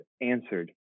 answered